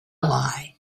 lie